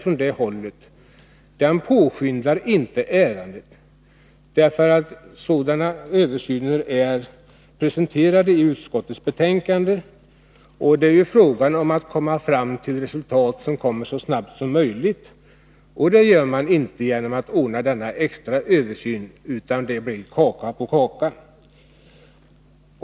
Men en sådan påskyndar inte ärendet. I utskottsbetänkandet hänvisas till de utredningar som pågår. Det är fråga om att få fram resultat snabbt, och det gör man inte genom att företa ytterligare en översyn, utan det blir kaka på kaka.